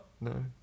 No